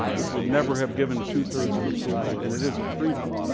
which would never have given two-thirds of approval, and it is a treaty.